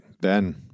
Ben